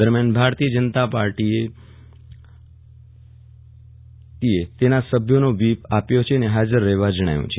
દરમ્યાન ભારતીય જનતા પાર્ટી અને કોગ્રેસ તેના સભ્યોનો વ્હીપ આપ્યો છે અને ફાજર રહેવા જણાવ્યું છે